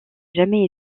jamais